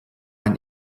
ein